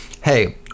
hey